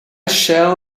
shall